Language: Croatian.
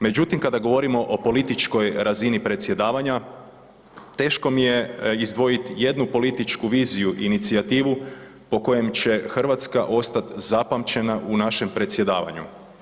Međutim kada govorimo o političkoj razini predsjedavanja, teško mi je izdvojiti jednu političku viziju, inicijativu po kojem će Hrvatska ostat zapamćena u našem predsjedavanju.